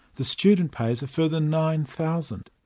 the student pays a further nine thousand